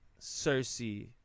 Cersei